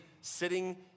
sitting